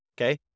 Okay